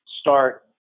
start